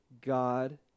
God